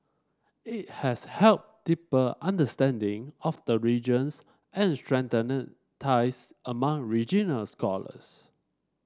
it has helped deeper understanding of the regions and strengthened ties among regional scholars